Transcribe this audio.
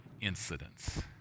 incidents